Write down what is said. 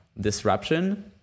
disruption